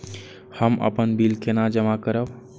हम अपन बिल केना जमा करब?